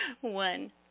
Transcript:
one